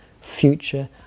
future